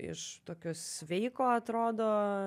iš tokio sveiko atrodo